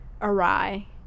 awry